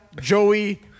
Joey